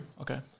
okay